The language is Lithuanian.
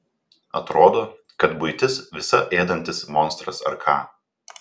atrodo kad buitis visa ėdantis monstras ar ką